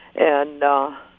and